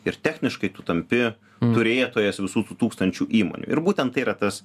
ir techniškai tu tampi turėtojas visų tų tūkstančių įmonių ir būtent tai yra tas